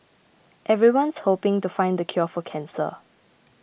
everyone's hoping to find the cure for cancer